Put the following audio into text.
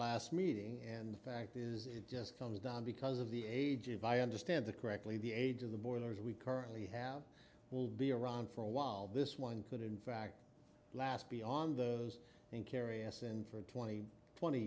meeting and the fact is it just comes down because of the age if i understand that correctly the age of the border as we currently have will be around for a while this one could in fact last beyond those and carry asin for twenty twenty